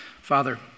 Father